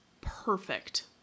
perfect